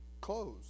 clothes